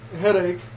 headache